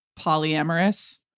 polyamorous